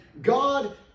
God